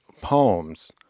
poems